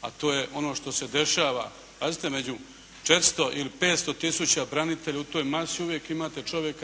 a to je ono što se dešava. Pazite među 400 ili 500 tisuća branitelja u toj masi uvijek imate čovjek